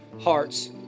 hearts